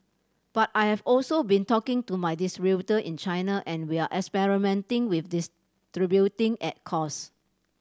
but I have also been talking to my distributor in China and we're experimenting with distributing at cost